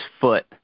foot